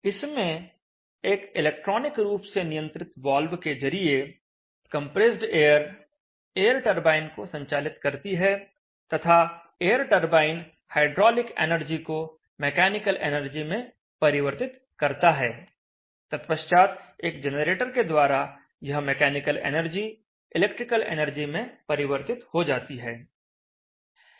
इसमें एक इलेक्ट्रॉनिक रूप से नियंत्रित वाल्व के जरिए कंप्रेस्ड एयर एयर टरबाइन को संचालित करती है तथा एयर टरबाइन हाइड्रोलिक एनर्जी को मैकेनिकल एनर्जी में परिवर्तित करता है तत्पश्चात एक जनरेटर के द्वारा यह मैकेनिकल एनर्जी इलेक्ट्रिकल एनर्जी में परिवर्तित हो जाती है